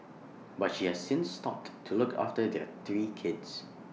but she has since stopped to look after their three kids